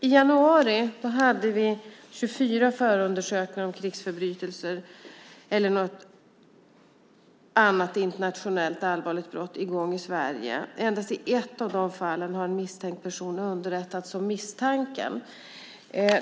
I januari hade vi 24 förundersökningar om krigsförbrytelser eller något annat internationellt, allvarligt brott i gång i Sverige. Endast i ett av dessa fall har en misstänkt person underrättats om misstanken.